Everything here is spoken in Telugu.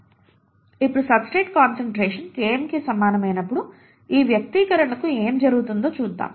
ఇప్పుడు సబ్స్ట్రేట్ కాన్సంట్రేషన్ Km కి సమానమైనప్పుడు ఈ వ్యక్తీకరణకు ఏమి జరుగుతుందో చూద్దాం